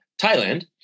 Thailand